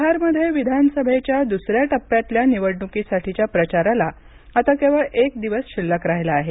बिहार निवडणूक बिहारमध्ये विधानसभेच्या दुसऱ्या टप्प्यातल्या निवडण्कीसाठीचा प्रचाराला आता केवळ एक दिवस शिल्लक राहिला आहे